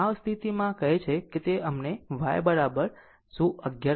આમ આ સ્થિતિમાં જેને આ કહે છે તે અમને y y શું 11